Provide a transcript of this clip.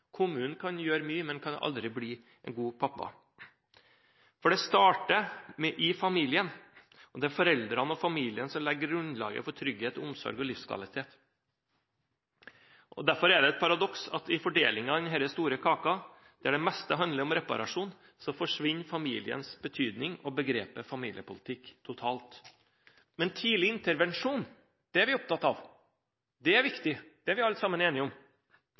Kommunen kan gjøre mye, men den kan aldri bli en god pappa. Det starter i familien, og det er foreldrene og familien som legger grunnlaget for trygghet, omsorg og livskvalitet. Derfor er det et paradoks at i fordelingen av denne store kaka, der det meste handler om reparasjon, forsvinner familiens betydning og begrepet «familiepolitikk» totalt. Tidlig intervensjon er vi opptatt av. Det er viktig, det er vi alle sammen enige om.